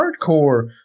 hardcore